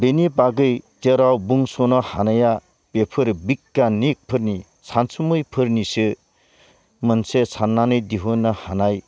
बेनि बागै जेराव बुंस'नो हानाया बेफोर बिग्यानिकफोरनि सानसुमैफोरनिसो मोनसे साननानै दिहुननो हानाय